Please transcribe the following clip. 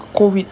COVID